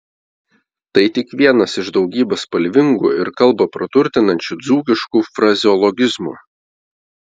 tai tik vienas iš daugybės spalvingų ir kalbą praturtinančių dzūkiškų frazeologizmų